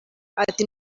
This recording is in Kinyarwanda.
ati